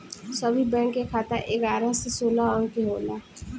सभे बैंक के खाता एगारह से सोलह अंक के होला